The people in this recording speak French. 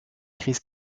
crise